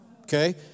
Okay